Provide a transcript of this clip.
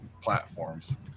platforms